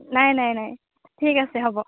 নাই নাই নাই ঠিক আছে হ'ব